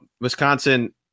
Wisconsin